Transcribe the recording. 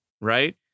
right